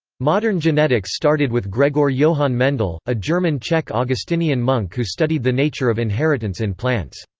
modern genetics started with gregor johann mendel, a german-czech augustinian monk who studied the nature of inheritance in plants.